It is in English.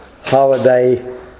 holiday